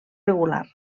regular